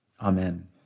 Amen